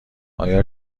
آیا